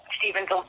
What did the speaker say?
Stephen's